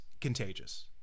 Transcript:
contagious